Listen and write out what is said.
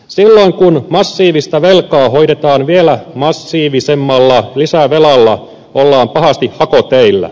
silloin kun massiivista velkaa hoidetaan vielä massiivisemmalla lisävelalla ollaan pahasti hakoteillä